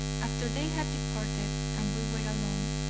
after they had departed, and we were alone,